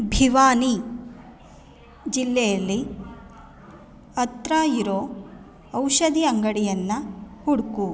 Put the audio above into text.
ಭಿವಾನಿ ಜಿಲ್ಲೆಯಲ್ಲಿ ಹತ್ರ ಇರೋ ಔಷಧಿ ಅಂಗಡಿಯನ್ನು ಹುಡುಕು